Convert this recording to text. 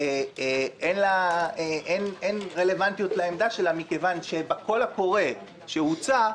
אין רלוונטיות לעמדה שלה מכיוון שבקול הקורא שהוצא,